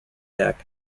deck